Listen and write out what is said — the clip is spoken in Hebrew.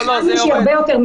זה יורד.